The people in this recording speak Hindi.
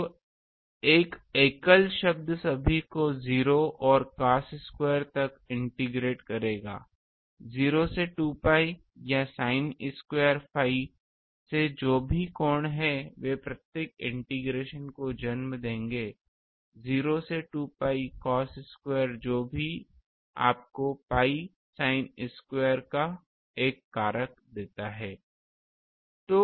तो एक एकल शब्द सभी को 0 और cos स्क्वायर तक इंटीग्रेटेड करेगा 0 से 2 pi या sin स्क्वायर phi से जो भी कोण हैं वे प्रत्येक इंटीग्रेशन को जन्म देंगे 0 से 2 pi cos स्क्वायर जो आपको pi sin स्क्वायर का एक कारक देता है